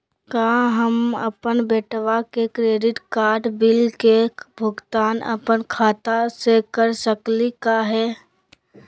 का हम अपन बेटवा के क्रेडिट कार्ड बिल के भुगतान अपन खाता स कर सकली का हे?